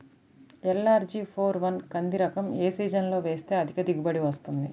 LRG four one కంది రకం ఏ సీజన్లో వేస్తె అధిక దిగుబడి వస్తుంది?